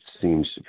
seems